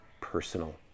personal